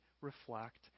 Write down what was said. reflect